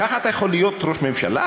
ככה אתה יכול להיות ראש ממשלה?